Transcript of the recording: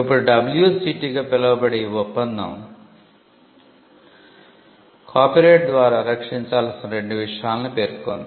ఇప్పుడు WCT గా పిలువబడే ఈ ఒప్పందం కాపీరైట్ ద్వారా రక్షించాల్సిన రెండు విషయాలను పేర్కొంది